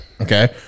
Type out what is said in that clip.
Okay